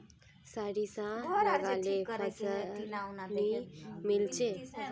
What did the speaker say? सारिसा लगाले फलान नि मीलचे?